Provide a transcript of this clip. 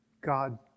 God